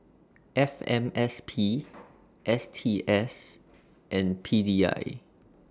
F M S P S T S and P D I